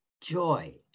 joy